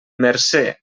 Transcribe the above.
mercè